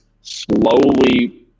slowly